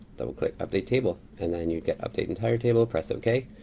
double click update table, and then you get update entire table. press okay.